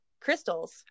crystals